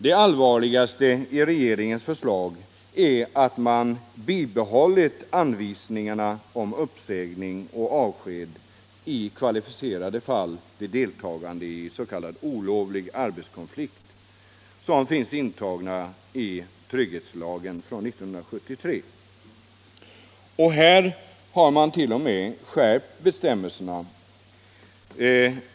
Det allvarligaste med regeringens förslag är att man har bibehållit anvisningarna om uppsägning och avsked i kvalificerade fall vid deltagande is.k. olovlig arbetskonflikt, som finns intagna i 1973 års ”trygghetslag”. Ja, man har 1. 0. m. skärpt bestämmelserna.